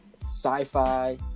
sci-fi